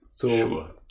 Sure